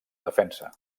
defensa